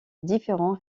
différents